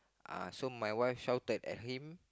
uh so my wife shouted at him